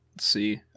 see